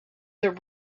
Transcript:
the